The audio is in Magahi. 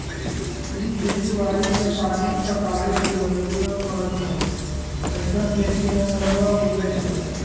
इ खेती बाड़ी में पानी पटाबे के जरूरी न परै छइ अइसँन खेती में मरुआ उपजै छइ